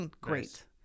Great